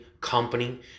company